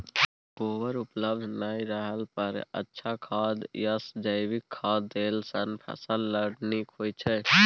गोबर उपलब्ध नय रहला पर की अच्छा खाद याषजैविक खाद देला सॅ फस ल नीक होय छै?